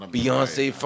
Beyonce